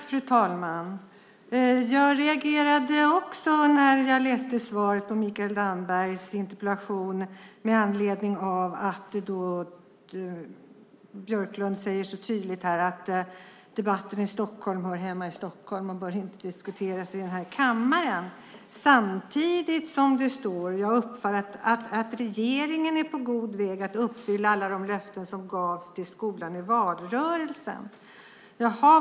Fru talman! Jag reagerade också när jag läste svaret på Mikael Dambergs interpellation där Björklund tydligt säger att debatten om Stockholm hör hemma i Stockholm och inte bör diskuteras i kammaren. Samtidigt står det att regeringen är på god väg att uppfylla alla de löften som gavs till skolan i valrörelsen.